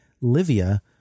Livia